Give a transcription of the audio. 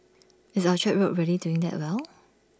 is Orchard road really doing that well